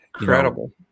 incredible